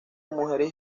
mujeres